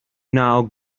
now